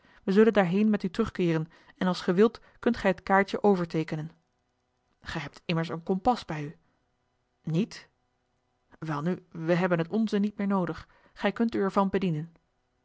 we zullen daarheen met u terug keeren en als ge wilt kunt gij het kaartje overteekenen eli heimans willem roda ge hebt immers een kompas bij u niet welnu we hebben het onze niet meer noodig gij kunt er u van bedienen